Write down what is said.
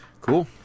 Cool